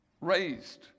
raised